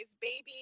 baby